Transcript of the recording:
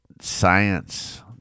science